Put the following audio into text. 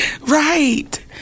Right